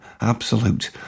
absolute